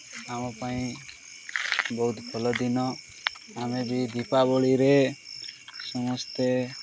ଆମ ପାଇଁ ବହୁତ ଭଲ ଦିନ ଆମେ ବି ଦୀପାବଳିରେ ସମସ୍ତେ